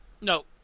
No